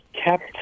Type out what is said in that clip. kept